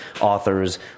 authors